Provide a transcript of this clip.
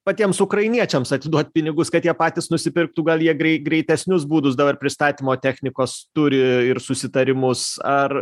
patiems ukrainiečiams atiduot pinigus kad jie patys nusipirktų gal jie grei greitesnius būdus dabar pristatymo technikos turi ir susitarimus ar